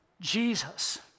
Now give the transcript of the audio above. Jesus